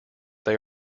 they